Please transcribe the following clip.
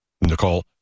Nicole